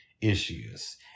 issues